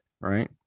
right